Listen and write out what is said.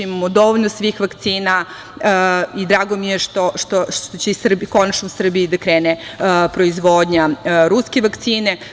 Imamo dovoljno svih vakcina i drago mi je što će konačno u Srbiji da krene proizvodnja ruske vakcine.